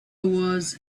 was